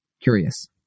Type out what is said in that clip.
Curious